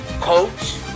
coach